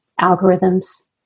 algorithms